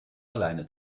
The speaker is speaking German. alleine